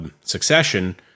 succession